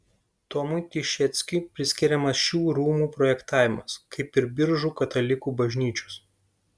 tomui tišeckiui priskiriamas šių rūmų projektavimas kaip ir biržų katalikų bažnyčios